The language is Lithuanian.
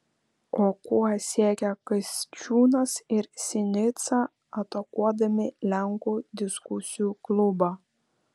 o kuo siekia kasčiūnas ir sinica atakuodami lenkų diskusijų klubą